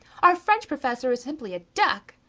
our french professor is simply a duck.